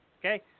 Okay